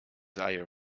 higher